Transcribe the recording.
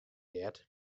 heart